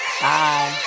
Bye